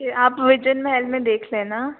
आप विजन महल में देख लेना